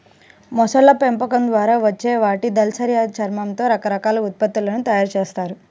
మొసళ్ళ పెంపకం ద్వారా వచ్చే వాటి దళసరి చర్మంతో రకరకాల ఉత్పత్తులను తయ్యారు జేత్తన్నారు